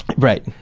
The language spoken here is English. right,